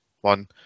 one